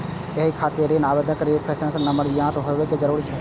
एहि खातिर ऋण आवेदनक रेफरेंस नंबर ज्ञात होयब जरूरी छै